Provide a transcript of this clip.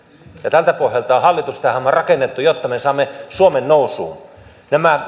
tältä pohjalta on hallitus tähän maahan rakennettu jotta me saamme suomen nousuun nämä